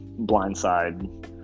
blindside